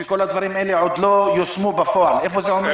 שכל הדברים האלה עוד לא יושמו בפועל איפה זה עומד?